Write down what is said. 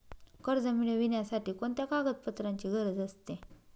कर्ज मिळविण्यासाठी कोणत्या कागदपत्रांची गरज असते?